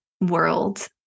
world